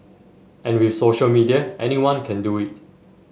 and with social media anyone can do it